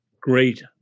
great